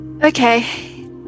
Okay